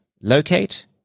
locate